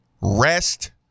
rest